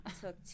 Took